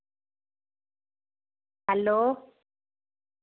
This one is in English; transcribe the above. hello